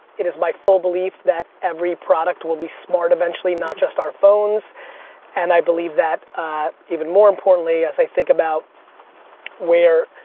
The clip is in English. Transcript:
it is my full belief that every product will be smart eventually, not just our phones and i believe that even more importantly as i think about where